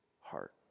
heart